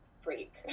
freak